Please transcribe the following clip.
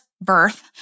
birth